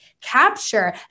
capture